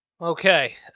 Okay